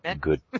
Good